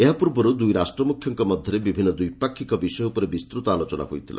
ଏହା ପୂର୍ବରୁ ଦୁଇ ରାଷ୍ଟ୍ର ମୁଖ୍ୟଙ୍କ ମଧ୍ୟରେ ବିଭିନ୍ନ ଦ୍ୱିପାକ୍ଷିକ ବିଷୟ ଉପରେ ବିସ୍ଚୃତ ଆଲୋଚନା ହୋଇଥିଲା